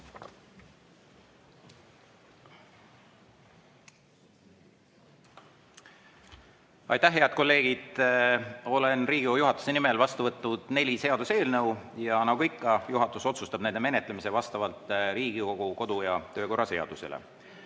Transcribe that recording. Aitäh, head kolleegid! Olen Riigikogu juhatuse nimel vastu võtnud neli seaduseelnõu ja nagu ikka otsustab juhatus nende menetlemise vastavalt Riigikogu kodu‑ ja töökorra seadusele. Head